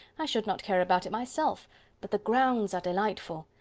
i should not care about it myself but the grounds are delightful.